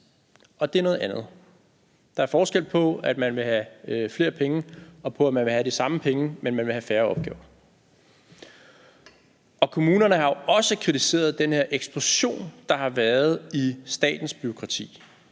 Og det er noget andet. Der er forskel på, at man vil have flere penge, og at man vil have de samme penge, men vil have færre opgaver. Kommunerne har jo også kritiseret den her eksplosion, der har været i statens bureaukrati.